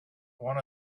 one